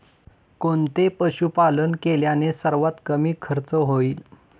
कोणते पशुपालन केल्याने सर्वात कमी खर्च होईल?